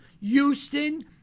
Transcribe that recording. Houston